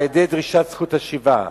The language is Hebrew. על-ידי דרישת זכות השיבה.